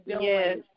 yes